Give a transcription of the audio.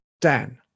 Dan